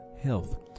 health